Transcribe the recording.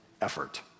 effort